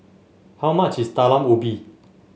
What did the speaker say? how much is Talam Ubi